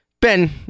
Ben